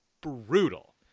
brutal